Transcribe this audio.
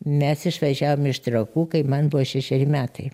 mes išvažiavom iš trakų kai man buvo šešeri metai